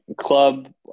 Club